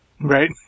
Right